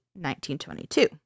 1922